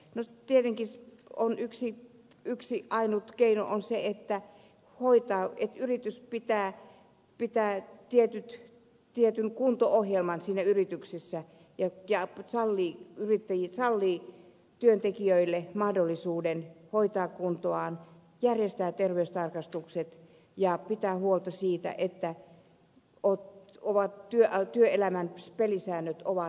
no tietenkin yksi keino on se että yritys pitää tietyn kunto ohjelman siinä yrityksessä ja sallii työntekijöille mahdollisuuden hoitaa kuntoaan järjestää terveystarkastukset ja pitää huolta siitä että työelämän pelisäännöt ovat joustavat